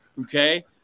Okay